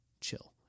chill